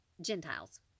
Gentiles